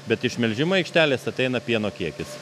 bet iš melžimo aikštelės ateina pieno kiekis